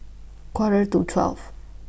Quarter to twelve